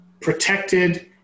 protected